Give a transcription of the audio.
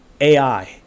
AI